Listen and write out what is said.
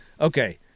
okay